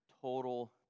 total